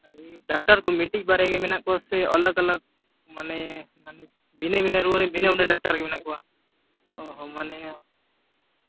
doctor ᱠᱚ ᱢᱤᱫᱴᱤᱡ ᱵᱟᱨᱭᱟ ᱠᱚ ᱢᱮᱱᱟᱜ ᱠᱚᱣᱟ ᱥᱮ ᱟᱞᱟᱜᱽ ᱟᱞᱟᱜᱽ ᱢᱟᱱᱮ ᱵᱷᱤᱱᱟᱹ ᱵᱷᱤᱱᱟᱹ ᱨᱩᱣᱟᱹ ᱵᱷᱤᱱᱟᱹ ᱰᱟᱠᱴᱟᱨ ᱠᱚ ᱢᱮᱱᱟᱜ ᱠᱚᱣᱟ ᱚ ᱦᱚᱸ ᱢᱟᱱᱮ